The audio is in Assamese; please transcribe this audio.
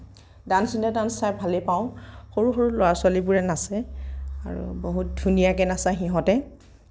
ডাঞ্চ ইণ্ডিয়া ডাঞ্চ চাই ভালেই পাওঁ সৰু সৰু ল'ৰা ছোৱালীবোৰে নাচে আৰু বহুত ধুনীয়াকে নাচে সিহঁতে